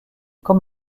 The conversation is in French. comme